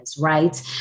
right